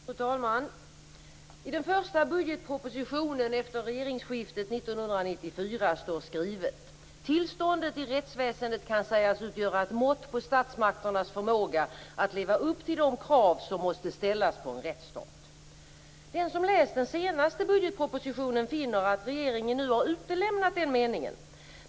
Fru talman! I den första budgetpropositionen efter regeringsskiftet 1994 står skrivet: Tillståndet i rättsväsendet kan sägas utgöra ett mått på statsmakternas förmåga att leva upp till de krav som måste ställas på en rättsstat. Den som läst den senaste budgetpropositionen finner att regeringen nu har utelämnat den meningen.